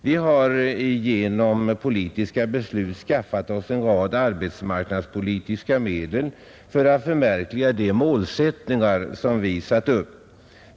Vi har genom politiska beslut skaffat oss en rad arbetsmarknadspolitiska medel för att förverkliga de målsättningar som vi satt upp.